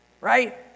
Right